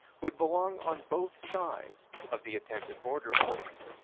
would belong on both sides of the attempted borderline.